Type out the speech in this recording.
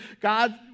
God